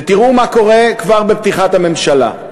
ותראו מה קורה כבר בפתיחת הממשלה: